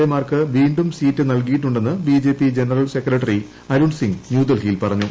A മാർക്ക് വീണ്ടും seat നൽകിയിട്ടുണ്ടെന്ന് BJP general secretary Arun Singh ന്യൂഡൽഹിയിൽ പറഞ്ഞു